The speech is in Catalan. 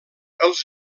els